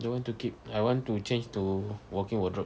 don't want to keep I want to change to walk-in wardrobe